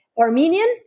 Armenian